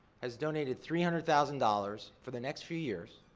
has donated three hundred thousand dollars for the next few years.